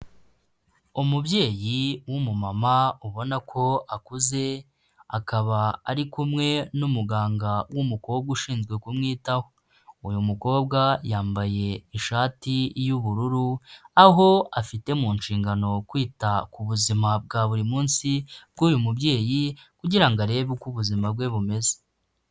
Umubyeyi w'umumama ubona ko akuze, akaba ari kumwe n'umuganga w'umukobwa ushinzwe kumwitaho, uyu mukobwa yambaye ishati y'ubururu, aho afite mu nshingano kwita ku buzima bwa buri munsi bw'uyu mubyeyi kugira ngo arebe uko ubuzima bwe bumeze.